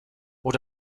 will